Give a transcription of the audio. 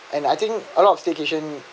and I think a lot of staycation